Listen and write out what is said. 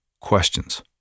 questions